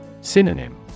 Synonym